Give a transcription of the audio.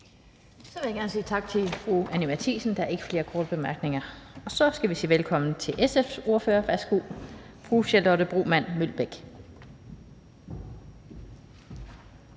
Så vil jeg gerne sige tak til fru Anni Matthiesen. Der er ikke flere korte bemærkninger. Og så skal vi sige velkommen til SF's ordfører. Værsgo, fru Charlotte Broman Mølbæk.